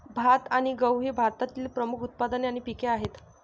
भात आणि गहू ही भारतातील प्रमुख उत्पादने आणि पिके आहेत